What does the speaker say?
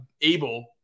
able